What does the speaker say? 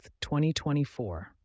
2024